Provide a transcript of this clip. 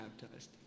baptized